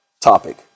topic